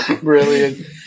brilliant